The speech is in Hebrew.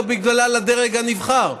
לא בגלל הדרג הנבחר,